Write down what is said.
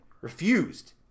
refused